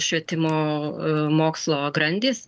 švietimo mokslo grandys